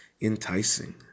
enticing